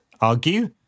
argue